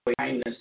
kindness